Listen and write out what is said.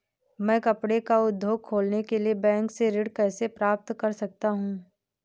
मैं कपड़े का उद्योग खोलने के लिए बैंक से ऋण कैसे प्राप्त कर सकता हूँ?